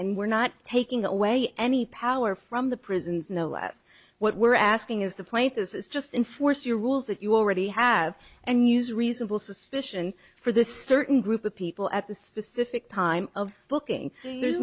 and we're not taking away any power from the prisons no less what we're asking is the point this is just enforce the rules that you already have and use reasonable suspicion for this certain group of people at the specific time of booking th